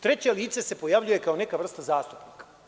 Treće lice se pojavljuje kao neka vrsta zastupnika.